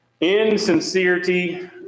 Insincerity